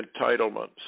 entitlements